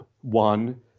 One